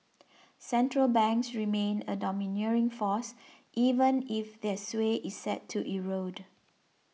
central banks remain a domineering force even if their sway is set to erode